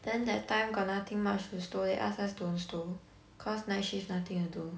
then that time got nothing much to stow they ask us don't stow cause night shift nothing to do